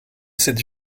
cette